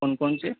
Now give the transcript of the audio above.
कौन कौन से